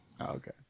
Okay